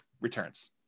returns